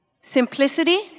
Simplicity